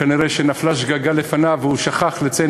כנראה נפלה שגגה לפניו והוא שכח לציין